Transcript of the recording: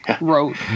wrote